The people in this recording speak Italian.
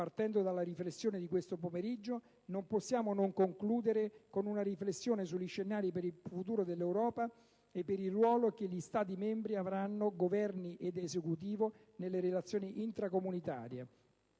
Partendo dalla riflessione di questo pomeriggio, non possiamo non concludere con una riflessione sugli scenari per il futuro dell'Europa e per il ruolo che gli Stati membri avranno, Governi ed Esecutivo, nelle relazioni intracomunitarie.